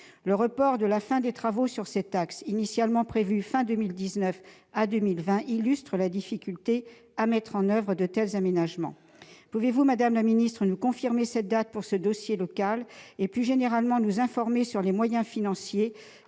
Le report à 2020 de l'achèvement des travaux sur cet axe, initialement prévu à la fin de 2019, illustre la difficulté à mettre en oeuvre de tels aménagements. Pouvez-vous, madame la secrétaire d'État, nous confirmer cette date pour ce dossier local et, plus généralement, nous informer sur les moyens financiers